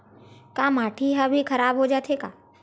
का माटी ह भी खराब हो जाथे का?